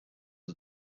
are